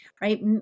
right